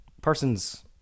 persons